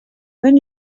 when